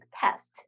test